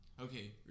Okay